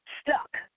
stuck